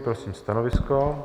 Prosím stanovisko.